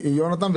מיונתן.